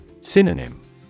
Synonym